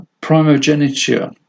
primogeniture